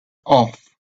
off